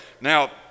Now